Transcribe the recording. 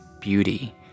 beauty